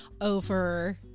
over